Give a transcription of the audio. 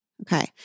okay